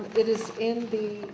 it is in the.